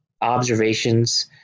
observations